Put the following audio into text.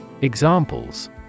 Examples